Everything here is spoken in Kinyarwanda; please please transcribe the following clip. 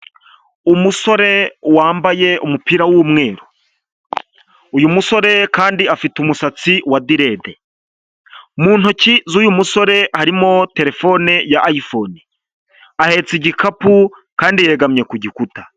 Umusore wambaye umupira w'umweru, uyu musore afite umusatsi wa direde. Mu ntoki z'uyu musore arimo terefone ya ayifone, ahetse igikapu kandi yegamye ku gikuta.